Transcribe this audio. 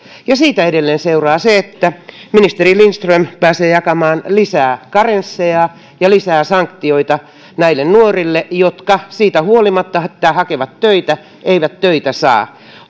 siitä edelleen seuraa se että ministeri lindström pääsee jakamaan lisää karensseja ja lisää sanktioita näille nuorille jotka siitä huolimatta että hakevat töitä eivät töitä saa